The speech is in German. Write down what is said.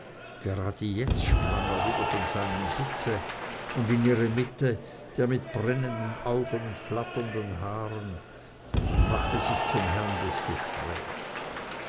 gerade jetzt sprang er wieder von seinem sitze und in ihre mitte der mit den brennenden augen und flatternden haaren und machte sich zum herrn des gespräches